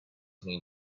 mean